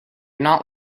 not